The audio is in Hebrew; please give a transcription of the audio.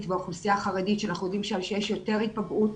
והאוכלוסייה החרדית שאנחנו יודעים שיש שם יותר היפגעות,